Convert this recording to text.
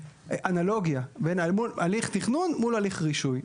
אנלוגיה בין הליך תכנון מול הליך רישוי.